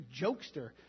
jokester